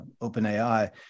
OpenAI